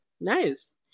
nice